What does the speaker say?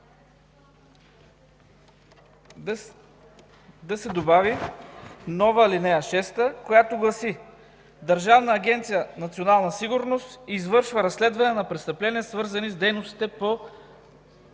Да се добави нова ал. 6, която гласи: „Държавна агенция „Национална сигурност” извършва разследване на престъпления, свързани с дейностите по